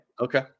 Okay